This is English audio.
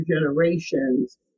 generations